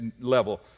level